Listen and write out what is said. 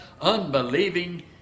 unbelieving